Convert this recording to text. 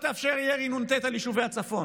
שלא תאפשר ירי נ"ט על יישובי הצפון.